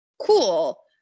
Cool